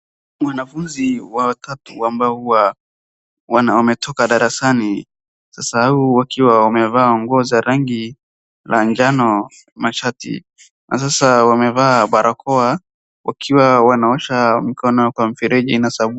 Mwanafunzi watatu awmbao huwa wametoka darsani. Sasa au wakiwa wamevaa nguo za rangi na jano la shati na sasa wamevaa barakoa wakiwa wanaosha mikono yao kwa mifereji na sabuni.